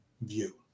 view